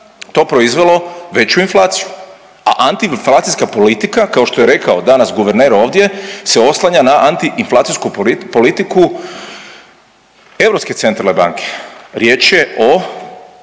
to proizvelo veću inflaciju, a antiinflacijska politika kao što je rekao danas guverner ovdje se oslanja na antiinflacijsku politiku Europske centralne banke. Riječ je o